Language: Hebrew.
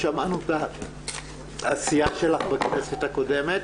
ששמענו את העשייה שלך בכנסת הקודמת.